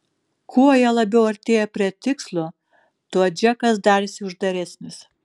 kuo jie labiau artėjo prie tikslo tuo džekas darėsi uždaresnis